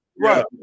right